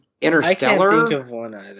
Interstellar